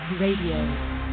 radio